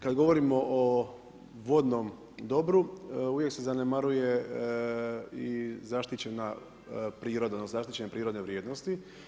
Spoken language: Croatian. Kad govorimo o vodnom dobru uvijek se zanemaruje i zaštićena priroda, odnosno zaštićene prirodne vrijednosti.